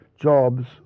jobs